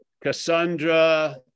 Cassandra